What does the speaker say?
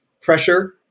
pressure